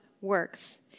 works